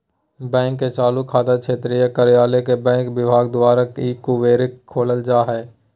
bank के चालू खाता क्षेत्रीय कार्यालय के बैंक विभाग द्वारा ई कुबेर में खोलल जा हइ